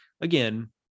again